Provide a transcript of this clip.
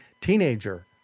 teenager